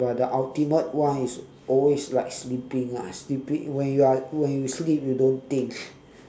but the ultimate one is always like sleeping ah sleeping when you are when you sleep you don't think